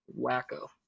wacko